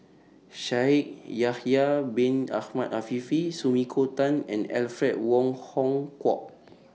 Shaikh Yahya Bin Ahmed Afifi Sumiko Tan and Alfred Wong Hong Kwok